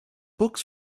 books